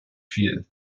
viel